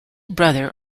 brother